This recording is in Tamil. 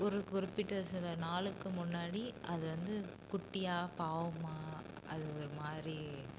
ஒரு குறிப்பிட்ட சில நாளுக்கு முன்னாடி அது வந்து குட்டியாக பாவமாக அது ஒரு மாதிரி